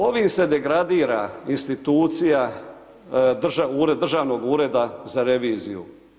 Ovim se degradira institucija Državnog ureda za reviziju.